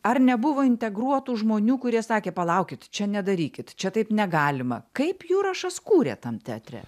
ar nebuvo integruotų žmonių kurie sakė palaukit čia nedarykit čia taip negalima kaip jurašas kūrė tam teatre